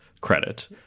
credit